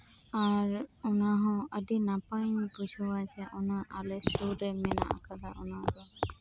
ᱟᱨ ᱚᱱᱟᱦᱚ ᱟᱹᱰᱤ ᱱᱟᱯᱟᱭ ᱤᱧ ᱵᱩᱡᱷᱟᱹᱣᱟ ᱡᱮ ᱚᱱᱟ ᱟᱞᱮ ᱥᱳᱨ ᱨᱮ ᱢᱮᱱᱟᱜᱼᱟᱠᱟᱫᱟ ᱚᱱᱟ